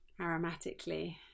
Aromatically